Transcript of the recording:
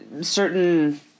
certain